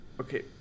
Okay